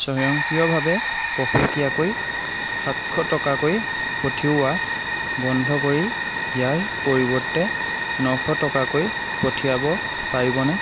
স্বয়ংক্ৰিয়ভাৱে পষেকীয়াকৈ সাতশ টকাকৈ পঠিওৱা বন্ধ কৰি ইয়াৰ পৰিৱৰ্তে নশ টকাকৈ পঠিয়াব পাৰিবনে